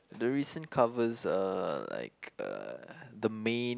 the recent covers are like uh the main